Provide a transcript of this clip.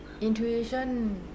intuition